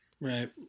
Right